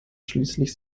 schließlich